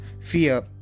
fear